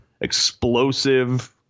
explosive